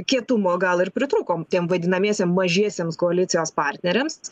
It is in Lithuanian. kietumo gal ir pritrūkom tiem vadinamiesiem mažiesiems koalicijos partneriams